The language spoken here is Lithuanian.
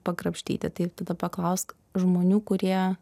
pakrapštyti tai tada paklausk žmonių kurie